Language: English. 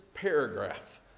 paragraph